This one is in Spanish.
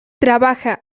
trabaja